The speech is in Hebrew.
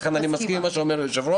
לכן, אני מסכים עם מה שאומר היושב-ראש.